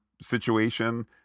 situation